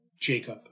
Jacob